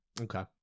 okay